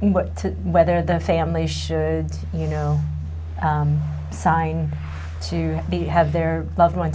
but whether the family should you know sign to be have their loved one